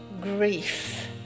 grief